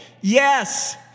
Yes